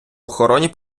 охороні